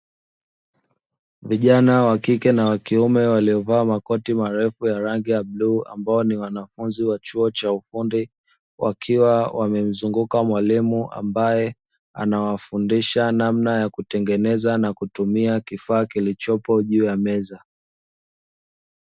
Vijana wa kike na wa kiume waliovaa makoti marefu ya rangi ya blue ambao ni wanafunzi wa chuo cha ufundi, wakiwa wamemzunguka mwalimu ambaye anawafundisha namna ya kutengeneza na kutumia kifaa kilichopo juu ya meza.